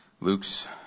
Luke's